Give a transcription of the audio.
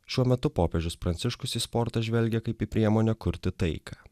šiuo metu popiežius pranciškus į sportą žvelgia kaip į priemonę kurti taiką